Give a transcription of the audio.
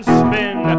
spin